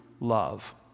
love